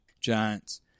giants